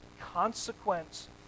consequence